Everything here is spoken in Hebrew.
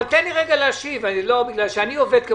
אני מכיר את הפקידים.